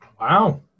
Wow